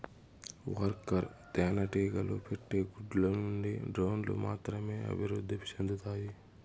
worker తేనెటీగలు పెట్టే గుడ్ల నుండి డ్రోన్లు మాత్రమే అభివృద్ధి సెందుతాయి